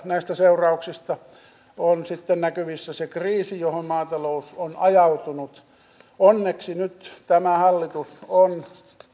näistä seurauksista on sitten näkyvissä se kriisi johon maatalous on ajautunut onneksi nyt tämä hallitus on